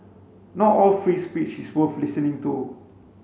not all free speech is worth listening to